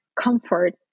comfort